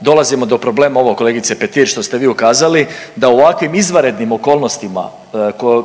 dolazimo do problema ovog kolegice Petir što ste vi ukazali da u ovakvim izvanrednim okolnostima